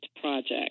project